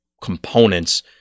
components